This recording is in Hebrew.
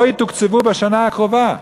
לא יתוקצבו בשנה הקרובה.